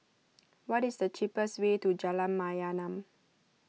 what is the cheapest way to Jalan Mayaanam